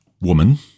woman